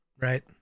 Right